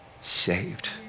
saved